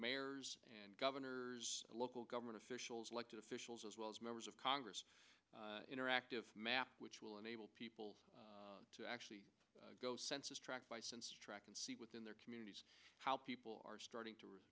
mayors and governors local government officials elected officials as well as members of congress interactive map which will enable people to actually within their communities how people are starting to